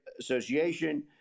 association